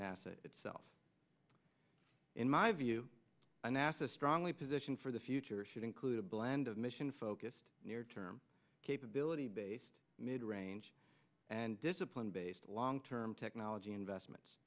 nasa itself in my view a nasa strongly position for the future should include a blend of mission focused near term capability based mid range and discipline based long term technology investments